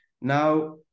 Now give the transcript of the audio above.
Now